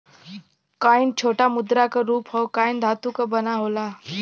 coin छोटा मुद्रा क रूप हौ कॉइन धातु क बना होला